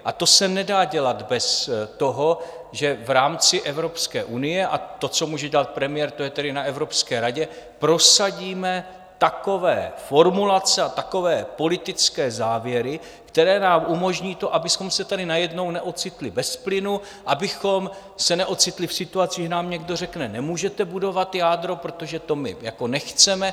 A to se nedá dělat bez toho, že v rámci Evropské unie, a to, co může dělat premiér, to je tedy na Evropské radě, prosadíme takové formulace a takové politické závěry, které nám umožní to, abychom se tady najednou neocitli bez plynu, abychom se neocitli v situaci, že nám někdo řekne: Nemůžete budovat jádro, protože to my nechceme.